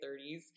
30s